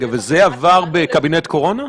זה עבר בקבינט קורונה?